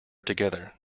together